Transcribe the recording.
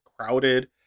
crowded